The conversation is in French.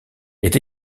est